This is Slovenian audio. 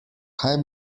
kaj